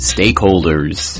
Stakeholders